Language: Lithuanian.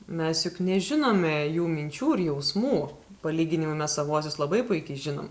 mes juk nežinome jų minčių ir jausmų palyginimui mes savuosius labai puikiai žinom